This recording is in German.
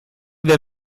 wir